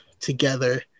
together